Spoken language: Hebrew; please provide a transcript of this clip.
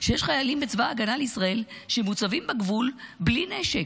שיש חיילים בצבא ההגנה לישראל שמוצבים בגבול בלי נשק.